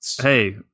Hey